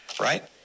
right